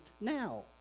now